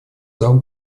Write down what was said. зал